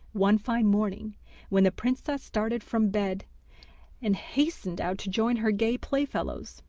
one fine morning when the princess started from bed and hastened out to join her gay playfellows,